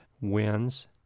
Wins